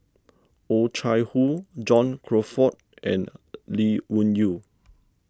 Oh Chai Hoo John Crawfurd and Lee Wung Yew